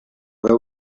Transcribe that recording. veu